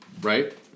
right